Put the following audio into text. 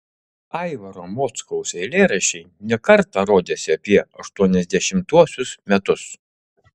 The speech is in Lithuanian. aivaro mockaus eilėraščiai ne kartą rodėsi apie aštuoniasdešimtuosius metus